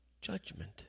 judgment